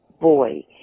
boy